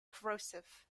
corrosive